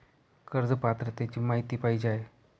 कर्ज पात्रतेची माहिती पाहिजे आहे?